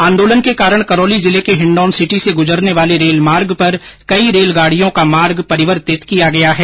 आंदोलन के कारण करौली जिले के हिण्डोन सिटी से गूजरने वाले रेलमार्ग पर कई रेलगाडियों का मार्ग परिवर्तित किया गया है